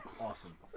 Awesome